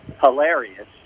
hilarious